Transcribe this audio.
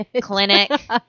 clinic